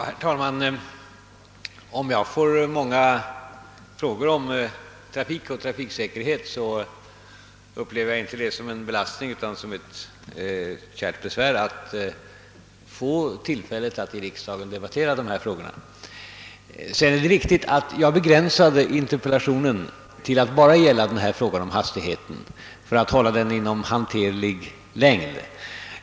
Herr talman! Om jag får många frå gor om trafik och trafiksäkerhet, så upplever jag inte dessa som en belastning. Det är tvärtom ett kärt besvär för mig att besvara frågorna, eftersom jag då har tillfälle att i riksdagen diskutera dessa ting. Det är riktigt att jag begränsade mitt interpellationssvar till att bara gälla frågan om hastigheten för att hålla svaret inom hanterlig längd.